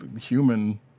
human